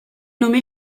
nommé